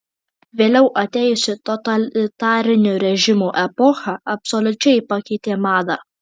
vėliau atėjusi totalitarinių režimų epocha absoliučiai pakeitė madą